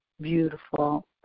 beautiful